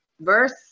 verse